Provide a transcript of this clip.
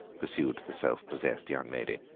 pursued the self-possessed young lady.